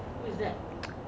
who is that